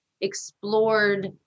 explored